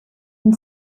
and